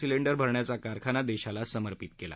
cylinder भरण्याचा कारखाना देशाला समर्पित केला